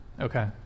Okay